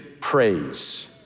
praise